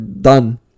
done